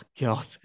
God